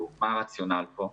מה הרציונל פה?